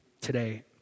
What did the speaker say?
today